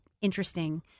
interesting